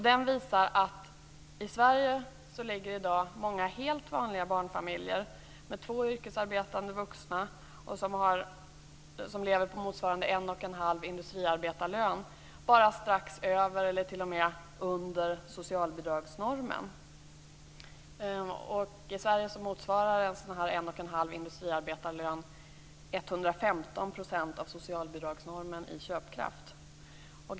Den visar att i Sverige i dag ligger många helt vanliga barnfamiljer med två yrkesarbetande vuxna som lever på motsvarande en och en halv industriarbetarlön strax över eller t.o.m. under socialbidragsnormen. I Sverige motsvarar en sådan här en och en halv industriarbetarlön 115 % av socialbidragsnormen i köpkraft.